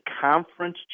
conference